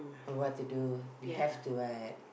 oh what to do we have to what